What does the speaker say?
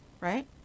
right